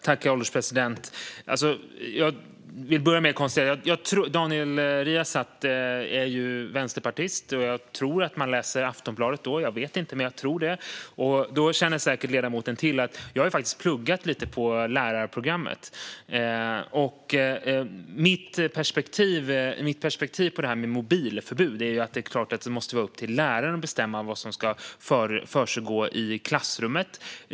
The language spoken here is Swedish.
Herr ålderspresident! Jag vill börja med att konstatera att Daniel Riazat är vänsterpartist. Jag tror att man läser Aftonbladet då. Jag vet inte, men jag tror det. Då känner ledamoten säkert till att jag faktiskt har pluggat lite på lärarprogrammet. Mitt perspektiv på mobilförbud är att det är klart att det måste vara upp till läraren att bestämma vad som ska försiggå i klassrummet.